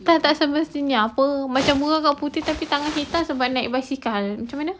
eh tak semestinya apa macam muka kau putih tapi tangan hitam sebab naik basikal macam mana